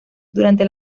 durante